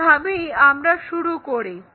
এই ভাবেই আমরা শুরু করি